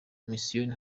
misiyoni